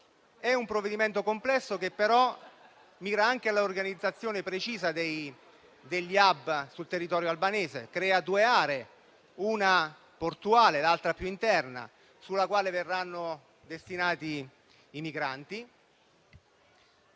È un provvedimento complesso che, però, mira anche all'organizzazione precisa degli *hub* sul territorio albanese e crea due aree: una portuale, l'altra più interna, sulla quale verranno destinati i migranti.